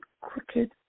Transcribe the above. crooked